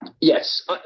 yes